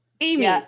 Amy